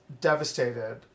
devastated